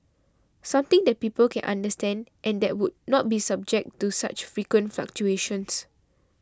something that people can understand and that would not be subject to such frequent fluctuations